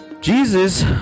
Jesus